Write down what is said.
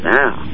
now